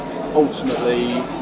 ultimately